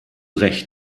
recht